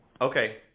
Okay